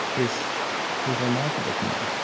is is remarkable to me